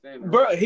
Bro